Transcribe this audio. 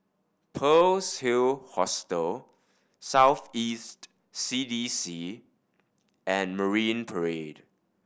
Pearl's Hill Hostel South East C D C and Marine Parade